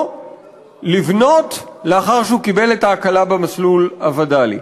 לבנות לאחר שהוא קיבל את ההקלה במסלול הווד"לי.